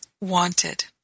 wanted